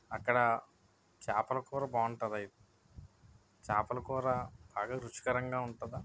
అక్కడ చేపల కూర బాగుంటుంది చేపల కూర బాగా రుచికరంగా ఉంటుందా